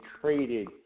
traded